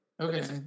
Okay